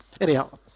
Anyhow